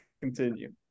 continue